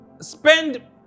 spend